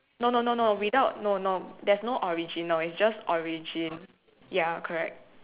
no no no no without no no there's no original it's just origin ya correct